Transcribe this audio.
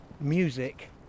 music